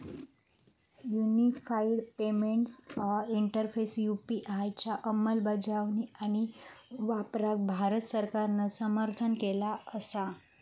unified payments interface UPI च्या अंमलबजावणी आणि वापराक भारत सरकारान समर्थन केला असा